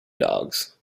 dogs